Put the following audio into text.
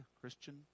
Christian